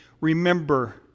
remember